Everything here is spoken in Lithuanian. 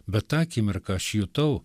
bet tą akimirką aš jutau